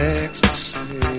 ecstasy